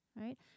Right